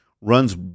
runs